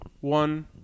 one